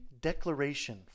declaration